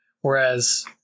whereas